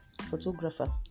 photographer